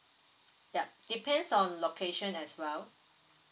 yup depends on location as well